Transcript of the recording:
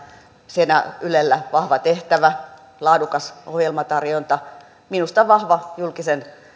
siinä ylellä vahva tehtävä laadukas ohjelmatarjonta minusta vahva julkisen